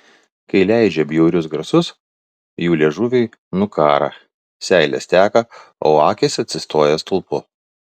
kai leidžia bjaurius garsus jų liežuviai nukąrą seilės teka o akys atsistoja stulpu